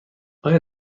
آیا